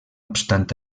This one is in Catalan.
obstant